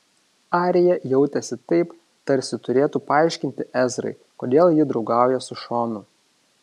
arija jautėsi taip tarsi turėtų paaiškinti ezrai kodėl ji draugauja su šonu